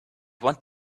want